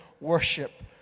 worship